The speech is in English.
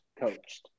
coached